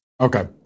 Okay